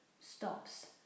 stops